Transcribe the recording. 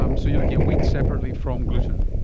um so you're looking at wheat separately from gluten.